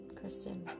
Kristen